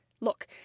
Look